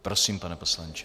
Prosím, pane poslanče.